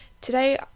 today